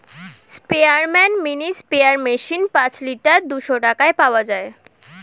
স্পেয়ারম্যান mini sprayer machine পাঁচ litre দুইশো টাকায় পাওয়া যায়